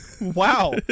Wow